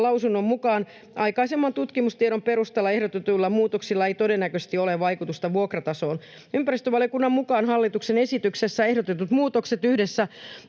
lausunnon mukaan aikaisemman tutkimustiedon perusteella ehdotetuilla muutoksilla ei todennäköisesti ole vaikutusta vuokratasoon. Ympäristövaliokunnan mukaan hallituksen esityksessä ehdotetut muutokset yhdessä